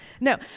No